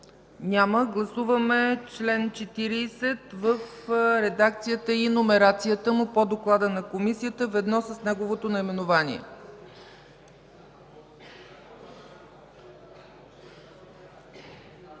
Няма. Гласуваме чл. 40 в редакцията и номерацията му по доклада на Комисията ведно с неговото наименование.